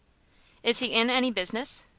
is he in any business?